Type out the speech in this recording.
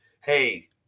hey